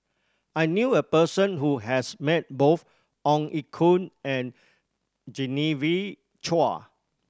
I knew a person who has met both Ong Ye Kung and Genevieve Chua